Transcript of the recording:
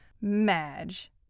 Madge